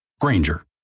Granger